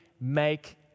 make